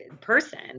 person